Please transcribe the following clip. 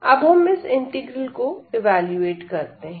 अब हम इस इंटीग्रल को इवैल्युएट करते हैं